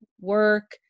work